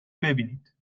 ببینید